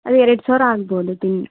ಅದೇ ಎರಡು ಸಾವಿರ ಆಗ್ಬೌದು ಟಿನ್